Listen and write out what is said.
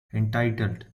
entitled